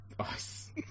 ice